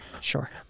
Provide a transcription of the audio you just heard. Sure